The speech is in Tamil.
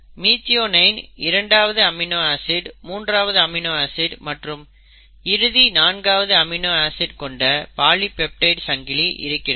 ஆக மிதியோனைன் இரண்டாவது அமினோ ஆசிட் மூன்றாவது அமினோ ஆசிட் மற்றும் இறுதி நான்காவது அமினோ ஆசிட் கொண்ட பாலிபெப்டைடு சங்கிலி இருக்கிறது